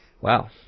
Wow